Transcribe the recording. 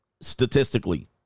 statistically